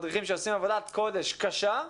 מדריכים שעושים עבודת קודש קשה,